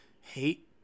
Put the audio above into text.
hate